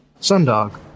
Sundog